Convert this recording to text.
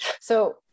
So-